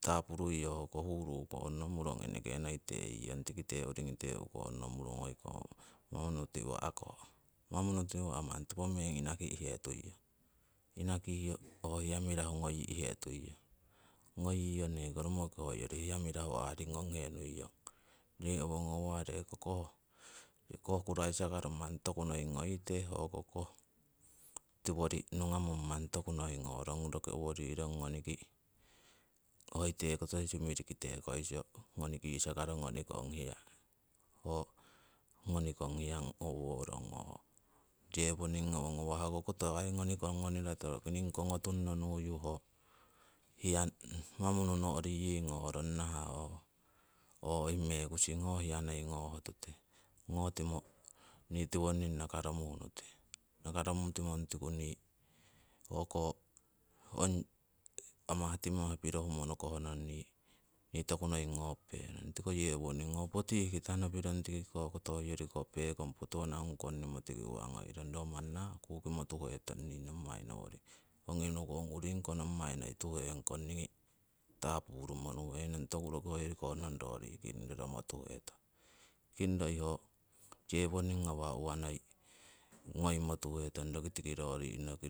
Tapuruiyo hoko huru ukonno murong eneke noi teiyong tikite uringi te ukonno murong hoiko manunu tiwa'ko. Manunu tiwa'ko manni topomeng inaki'he tuiyong, inakiyo ho hia mirahu ngoyi'hetuiyong, ngoiyo neeko romoki hoyori hiya mirahu aringong he nuiyong. Ree owo ngawangawah ree koh, koh kuraisa karo manni toku noi ngoite, hoko koh tiwori nungamong manni tokunoi ngorong roki oworirong ngoniki hoito koto simiri kite koiso ngoni kisakaro ngonikong hiya. Ho ngonikong hiya ngoworong ho yewoning ngawangawah hoko koto aii ngonikong nerato roki niingi kongo tunno nuyu ho hiya manunu no'ri ngorong nahah ooh oi mekusing hiya ngotimo nii tiwoning nakaromuh nute. Nakaromutimo nutiku nii o'ko ong amah timah pirohumo nokohnon nii toku noi ngopenong. Tiko yewoninh poti ihkita nopirong tiki koto hoyori ko pekong potuwana ngung konnimo tiki uwa ngoirong, ro manni nahah kukimo tuhe tong nii nommai nowori ongi nukong, uringi ko nommai noi tuhee'kong niingi taapurumo nuhenong, toku hoyori koh nong rori' kingdoromo tuhetong, kindgo